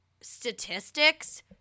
statistics